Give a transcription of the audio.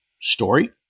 story